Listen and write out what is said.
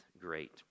great